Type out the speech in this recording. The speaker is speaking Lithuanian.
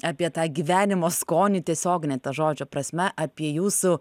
apie tą gyvenimo skonį tiesiogine to žodžio prasme apie jūsų